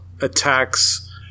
attacks